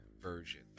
version